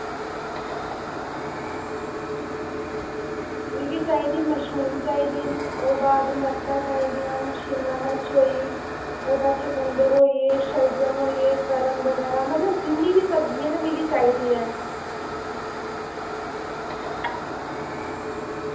मिगी चाहिदी मशरूम चाहिदी ओह्दे बाद मर्चां चाही दियां न शिमला मिर्च चाहिदी ओह्दे बाद चकंदर होई गे शलजम होई गे कड़म बगैरा मतलब किन्नी बी सब्जी ऐ सब चाहिदी